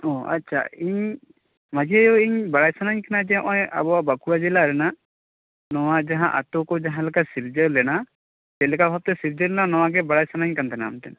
ᱚ ᱟᱪᱷᱟ ᱤᱧ ᱢᱟᱺᱡᱷᱤ ᱟᱳᱚ ᱤᱧ ᱵᱟᱰᱟᱭ ᱥᱟ ᱱᱟᱧ ᱠᱟᱱᱟ ᱡᱮ ᱱᱚᱜᱚᱭ ᱟᱵᱚᱣᱟᱜ ᱵᱟᱸᱠᱩᱲᱟ ᱡᱮᱞᱟ ᱨᱮᱱᱟᱜ ᱱᱚᱣᱟ ᱡᱟᱦᱟᱸ ᱟᱛᱳᱠᱚ ᱡᱟᱦᱟᱸᱞᱮᱠᱟ ᱥᱤᱨᱡᱟᱣ ᱞᱮᱱᱟ ᱪᱮᱫᱞᱮᱠᱟ ᱵᱷᱟᱵᱛᱮ ᱥᱤᱨᱡᱟᱹᱣ ᱞᱮᱱᱟ ᱱᱚᱣᱟᱜᱮ ᱵᱟᱰᱟᱭ ᱥᱟᱱᱟᱧ ᱠᱟᱱ ᱛᱟᱦᱮᱸᱱᱟ ᱟᱢᱴᱷᱮᱱ